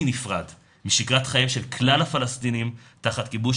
נפרד משגרת חייהם של כלל הפלסטינים תחת כיבוש,